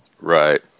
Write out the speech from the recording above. Right